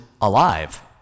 alive